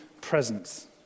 presence